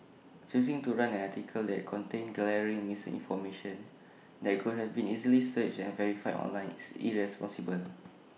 choosing to run an article that contained glaring misinformation that could have been easily searched and verified online is irresponsible